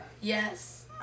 Yes